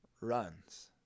runs